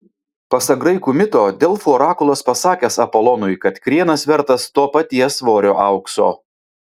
pasak graikų mito delfų orakulas pasakęs apolonui kad krienas vertas to paties svorio aukso